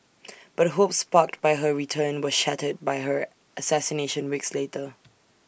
but hopes sparked by her return were shattered by her assassination weeks later